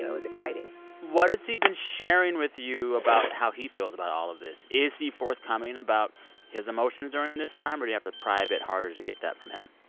it was exciting what has he been sharing with you about how he feels about all of this? is he forthcoming about his emotions during this time, or do you have to pry a bit harder to get that from him?